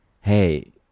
Hey